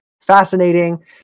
fascinating